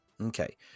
Okay